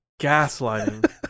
Gaslighting